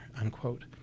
unquote